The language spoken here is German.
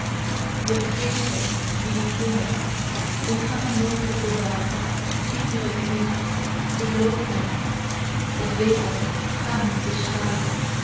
wir krähten wie die hähne und kamen leute vorbei kikereküh sie glaubten es wäre